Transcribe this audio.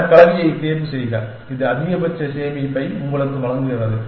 அந்த கலவையைத் தேர்வுசெய்க இது அதிகபட்ச சேமிப்பை உங்களுக்கு வழங்குகிறது